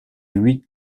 huit